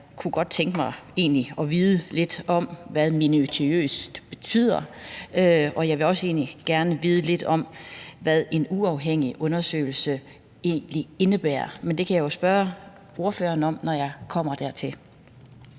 egentlig godt tænke mig at vide lidt om, hvad »minutiøst« betyder, og jeg vil egentlig også gerne vide lidt om, hvad en uafhængig undersøgelse egentlig indebærer. Men det kan jeg jo spørge ordføreren om, når jeg kommer dertil.